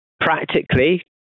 Practically